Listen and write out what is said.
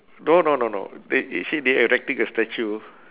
no no no no th~ they say they erecting a statue